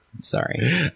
Sorry